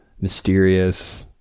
mysterious